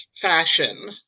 fashion